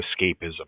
escapism